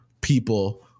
people